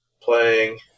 playing